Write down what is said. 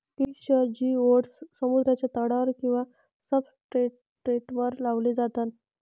किशोर जिओड्स समुद्राच्या तळावर किंवा सब्सट्रेटवर लावले जातात